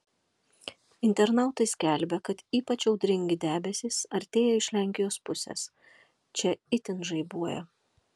internautai skelbia kad ypač audringi debesys artėja iš lenkijos pusės čia itin žaibuoja